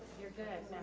you guys